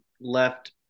left